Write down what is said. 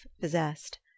possessed